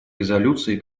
резолюции